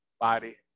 body